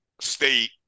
State